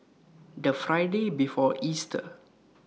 The Friday before Easter